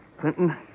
Clinton